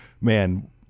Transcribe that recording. man